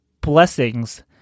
blessings